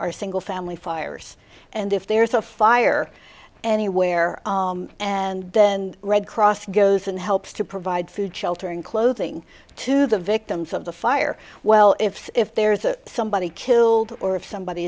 are single family fires and if there's a fire anywhere and then red cross goes and helps to provide food shelter and clothing to the victims of the fire well if if there's a somebody killed or if somebody